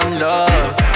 love